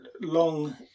long